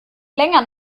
länger